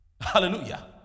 Hallelujah